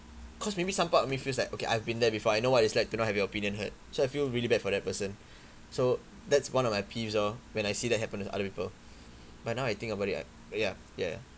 cause maybe some part of me feels like okay I've been there before I know what it's like to not have your opinion heard so I feel really bad for that person so that's one of my peeves lor when I see that happen to other people but now I think about it I ya ya